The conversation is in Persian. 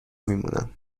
میمونم